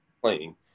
playing